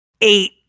eight